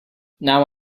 now